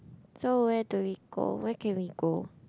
so where do we go where can we go